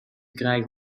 krijgen